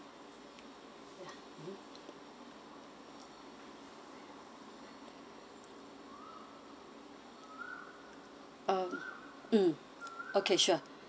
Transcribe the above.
um mm okay sure